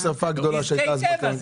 ועם שריפה גדולה שהייתה ---.